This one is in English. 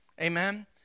Amen